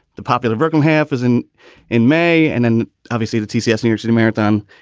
the popular vertical half as in in may. and then obviously the t c s new york city marathon,